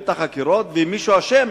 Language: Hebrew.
אם מישהו אשם,